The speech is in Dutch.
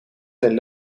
zijn